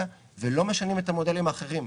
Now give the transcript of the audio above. ולא משנים את המודלים האחרים,